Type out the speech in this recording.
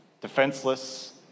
defenseless